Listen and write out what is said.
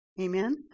Amen